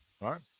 right